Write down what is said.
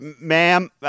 ma'am